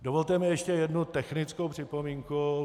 Dovolte mi ještě jednu technickou připomínku.